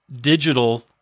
digital